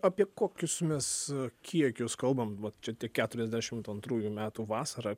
apie kokius mes kiekius kalbam va čia tie keturiasdešimt antrųjų metų vasara